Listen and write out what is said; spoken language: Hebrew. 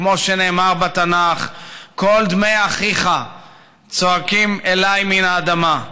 כמו שנאמר בתנ"ך: "קול דמי אחיך צועקים אלי מן האדמה".